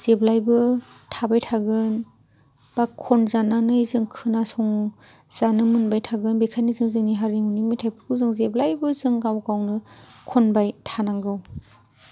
जेब्लायबो थाबाय थागोन बा खनजानानै जों खोनासंजानो मोनबाय थागोन बेनिखायनो जों जोंनि हारिमुनि मेथाइफोरखौ जों जेब्लायबो जों गाव गावनो खनबाय थानांगौ